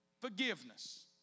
Forgiveness